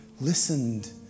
listened